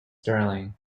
stirling